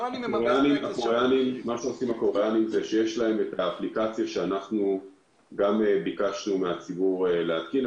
יש להם את האפליקציה שאנחנו ביקשנו מהציבור להתקין,